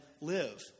live